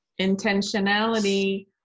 intentionality